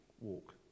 walk